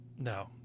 No